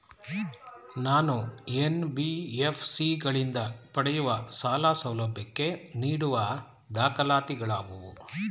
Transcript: ನಾನು ಎನ್.ಬಿ.ಎಫ್.ಸಿ ಗಳಿಂದ ಪಡೆಯುವ ಸಾಲ ಸೌಲಭ್ಯಕ್ಕೆ ನೀಡುವ ದಾಖಲಾತಿಗಳಾವವು?